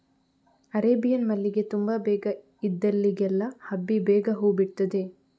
Arabian ಮಲ್ಲಿಗೆ ತುಂಬಾ ಬೇಗ ಇದ್ದಲ್ಲಿಗೆಲ್ಲ ಹಬ್ಬಿ ಬೇಗ ಹೂ ಬಿಡ್ತದೆ